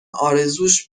ارزوش